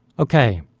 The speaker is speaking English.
ok,